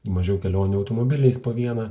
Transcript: mažiau kelionių automobiliais po vieną